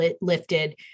lifted